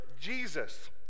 Jesus